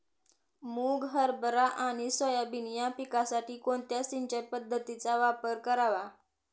मुग, हरभरा आणि सोयाबीन या पिकासाठी कोणत्या सिंचन पद्धतीचा वापर करावा?